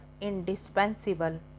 indispensable